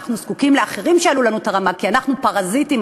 אנחנו זקוקים לאחרים שיעלו לנו את הרמה כי אנחנו פרזיטים,